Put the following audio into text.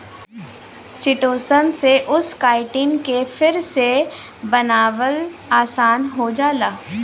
chitosan से उस chitin के फिर से बनावल आसान हो जाला